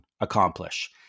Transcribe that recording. accomplish